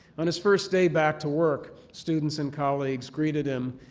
on his first day back to work, students and colleagues greeted him.